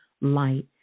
light